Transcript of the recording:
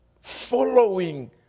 following